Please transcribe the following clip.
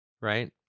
Right